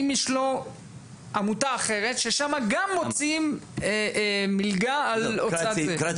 אם יש לו עמותה אחרת ששם גם מוציאים מלגה על הוצאת --- קרא את